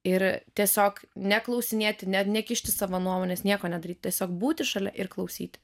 ir tiesiog neklausinėti ne nekišti savo nuomonės nieko nedaryti tiesiog būti šalia ir klausyti